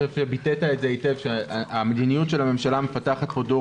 ביטאת היטב את מדיניות הממשלה שמפתחת פה דור